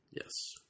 Yes